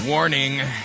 Warning